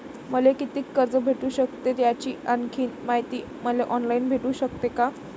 मले कितीक कर्ज भेटू सकते, याची आणखीन मायती मले ऑनलाईन भेटू सकते का?